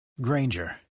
granger